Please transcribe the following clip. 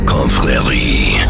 Confrérie